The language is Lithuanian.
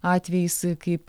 atvejais kaip